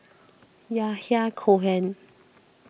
Yahya Cohen